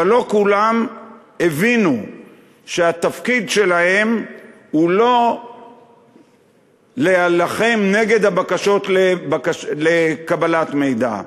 אבל לא כולם הבינו שהתפקיד שלהם הוא לא להילחם נגד הבקשות לקבלת מידע,